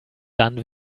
dann